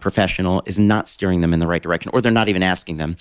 professional is not steering them in the right direction, or they're not even asking them.